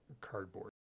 cardboard